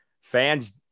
Fans